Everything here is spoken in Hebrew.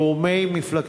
עליו עם גורמי מפלגתך: